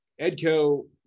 Edco